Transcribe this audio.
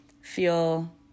feel